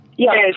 Yes